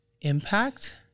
impact